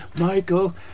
michael